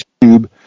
YouTube